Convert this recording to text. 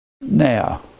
now